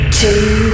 two